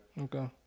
Okay